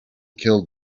killed